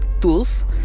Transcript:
tools